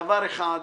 דבר אחד,